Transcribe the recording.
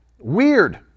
Weird